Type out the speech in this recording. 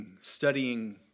studying